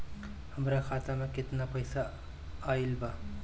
हमार खाता मे केतना पईसा आइल बा?